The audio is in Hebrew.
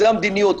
זו המדיניות.